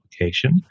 application